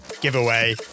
giveaway